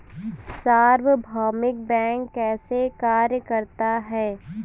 सार्वभौमिक बैंक कैसे कार्य करता है?